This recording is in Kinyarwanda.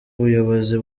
ubuyobozi